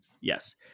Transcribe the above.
yes